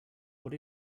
what